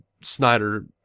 Snyder